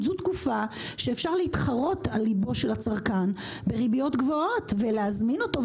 זו תקופה שאפשר להתחרות על ליבו של הצרכן בריביות גבוהות ולהזמין אותו,